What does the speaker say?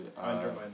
undermine